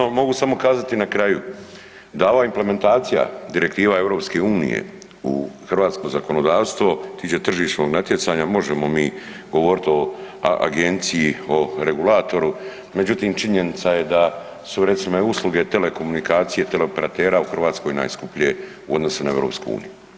Osobno mogu samo kazati na kraju da ova implementacija direktiva EU u hrvatsko zakonodavstvo što se tiče tržišnog natjecanja, možemo mi govoriti o agenciji, o regulatoru, međutim činjenica je da su recimo usluge telekomunikacije teleoperatera u Hrvatskoj najskuplje u odnosu na EU.